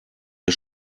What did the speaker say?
wir